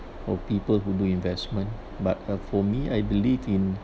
for people who do investment but uh for me I believe in